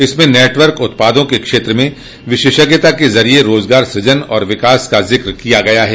इसमें नेटवर्क उत्पादों के क्षेत्र में विशेषज्ञता के जरिये रोजगार सृजन और विकास का जिक्र किया गया है